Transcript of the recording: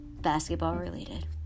basketball-related